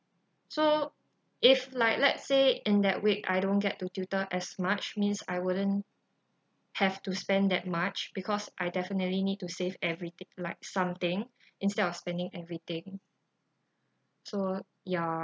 so if like let say in that week I don't get to tutor as much means I wouldn't have to spend that much because I definitely need to save everything like something instead of spending everything so ya